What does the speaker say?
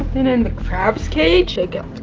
in and the crab's cage? check out